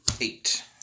eight